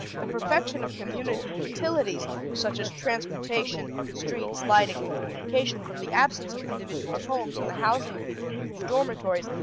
the perfection of community utilities such as transportation, streets, lighting, and communication, from the absence of individual homes and the housing of people in huge dormitories,